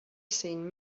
seen